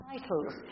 titles